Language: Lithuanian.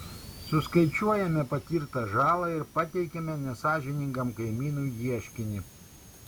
suskaičiuojame patirtą žalą ir pateikiame nesąžiningam kaimynui ieškinį